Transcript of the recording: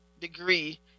degree